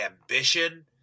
ambition